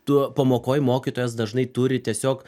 tu pamokoj mokytojas dažnai turi tiesiog